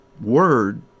word